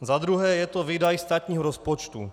Za druhé je to výdaj státního rozpočtu.